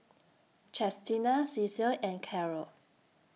Chestina Cecil and Carole